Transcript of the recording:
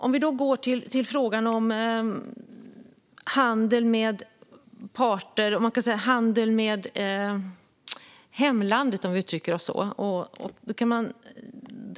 Vi kan då gå till frågan om handel med hemlandet, om vi uttrycker oss så.